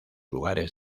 lugares